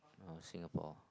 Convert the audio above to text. of Singapore